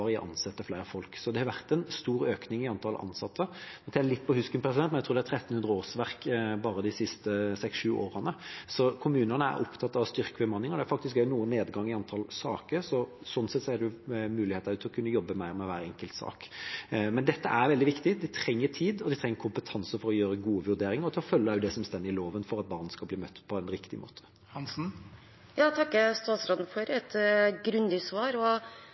å ansette flere folk. Det har vært en stor økning i antall ansatte. Nå tar jeg det litt på husken, men jeg tror det er nærmere 1 400 årsverk bare de siste seks–sju årene. Så kommunene er opptatt av å styrke bemanningen. Det er faktisk også noe nedgang i antall saker, så sånn sett er det også muligheter til å kunne jobbe mer med hver enkelt sak. Dette er veldig viktig. De trenger tid, og de trenger kompetanse for å gjøre gode vurderinger og til å følge det som også står i loven, for at barn skal bli møtt på en riktig måte. Jeg takker statsråden for et grundig svar.